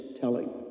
telling